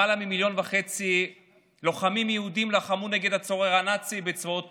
למעלה ממיליון וחצי לוחמים יהודים לחמו נגד הצורר הנאצי בצבאות